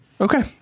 Okay